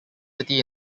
city